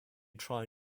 try